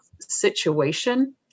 situation